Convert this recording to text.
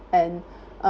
and uh